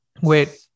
wait